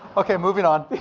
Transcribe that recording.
okay, moving on,